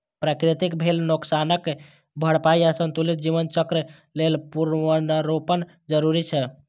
प्रकृतिक भेल नोकसानक भरपाइ आ संतुलित जीवन चक्र लेल पुनर्वनरोपण जरूरी छै